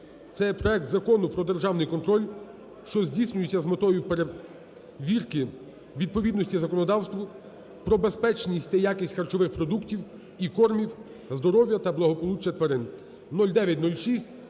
Це є проект Закону про державний контроль, що здійснюється з метою перевірки відповідності законодавству про безпечність та якість харчових продуктів і кормів, здоров'я та благополуччя тварин (0906).